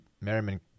Merriman